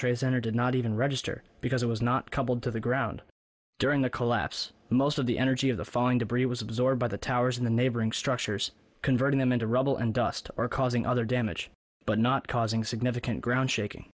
trade center did not even register because it was not coupled to the ground during the collapse most of the energy of the falling debris was absorbed by the towers in the neighboring structures converting them into rubble and dust or causing other damage but not causing significant ground shaking